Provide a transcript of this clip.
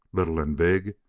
little and big,